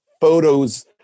photos